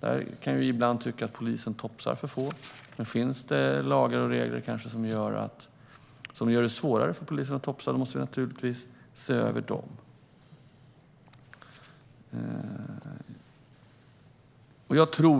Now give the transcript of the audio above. Vi kan ibland tycka att polisen topsar för få, men om det finns lagar och regler som gör det svårare för polisen att topsa måste vi naturligtvis se över dem. Jag tror